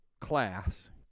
class